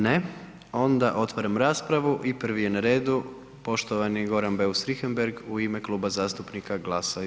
Ne, onda otvaram raspravu i prvi je na redu poštovani Goran Beus Richembergh u ime Kluba zastupnika GLAS-a.